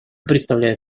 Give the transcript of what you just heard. представляет